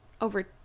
over